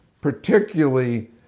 particularly